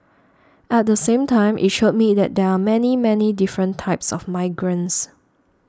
at the same time it showed me that there are many many different types of migrants